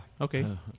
Okay